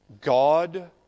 God